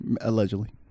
Allegedly